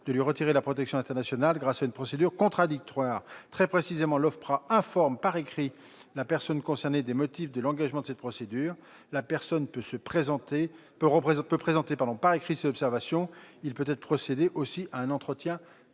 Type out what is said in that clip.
de lui retirer la protection internationale grâce à une procédure contradictoire. Ainsi, lorsque l'OFPRA informe par écrit la personne concernée des motifs de l'engagement de cette procédure, celle-ci peut présenter par écrit ses observations, et il peut être procédé à un entretien